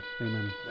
Amen